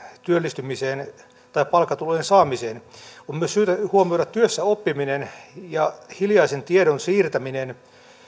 työllistymiseen tai palkkatulojen saamiseen on myös syytä huomioida työssäoppiminen ja hiljaisen tiedon siirtäminen